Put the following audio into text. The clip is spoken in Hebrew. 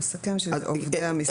מבין עובדי משרדו.